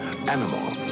animal